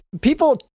People